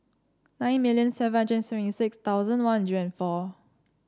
nine million seven hundred seventy six thousand One Hundred and four